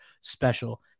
special